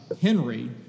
Henry